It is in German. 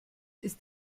ist